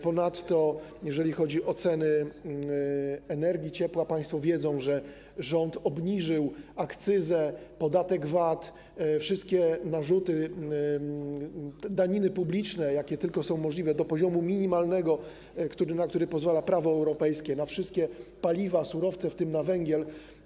Ponadto, jeżeli chodzi o ceny energii ciepła, państwo wiedzą, że rząd obniżył akcyzę, podatek VAT, wszystkie narzuty, daniny publiczne, jakie tylko są możliwe, do poziomu minimalnego, na który pozwala Prawo europejskie, na wszystkie paliwa, surowce, w tym na węgiel.